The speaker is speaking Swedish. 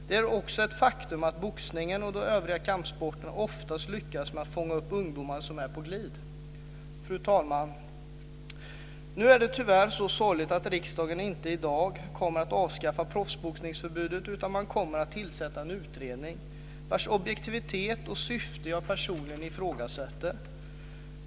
Det är också ett faktum att boxningen och de övriga kampsporterna ofta lyckas med att fånga upp ungdomar som är glid. Fru talman! Nu är det tyvärr så sorgligt att riksdagen inte i dag kommer att avskaffa proffsboxningsförbudet, utan man kommer att tillsätta en utredning vars objektivitet och syfte jag personligen ifrågasätter.